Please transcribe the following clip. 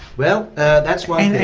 well that's why.